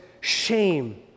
shame